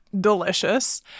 delicious